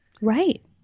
Right